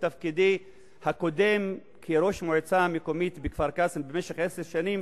תפקידי הקודם כראש המועצה המקומית בכפר-קאסם במשך עשר שנים,